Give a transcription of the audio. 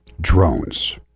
drones